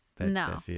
No